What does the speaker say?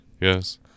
Yes